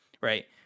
right